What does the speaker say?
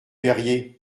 perrier